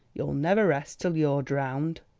you'll never rest till you're drowned.